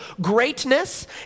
greatness